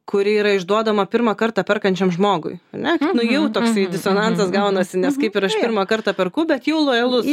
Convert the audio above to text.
kuri yra išduodama pirmą kartą perkančiam žmogui ar ne nu jau toks disonansas gaunasi nes kaip ir aš pirmą kartą perku bet jau lojalus